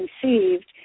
conceived